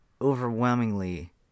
overwhelmingly